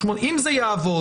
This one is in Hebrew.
אם זה יעבוד,